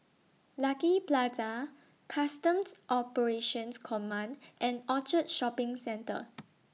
Lucky Plaza Customs Operations Command and Orchard Shopping Centre